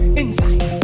inside